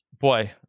Boy